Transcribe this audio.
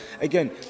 Again